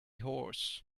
horse